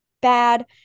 bad